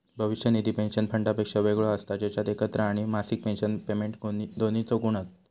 भविष्य निधी पेंशन फंडापेक्षा वेगळो असता जेच्यात एकत्र आणि मासिक पेंशन पेमेंट दोन्हिंचे गुण हत